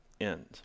end